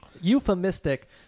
euphemistic